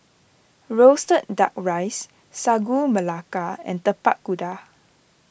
Roasted Duck Rice Sagu Melaka and Tapak Kuda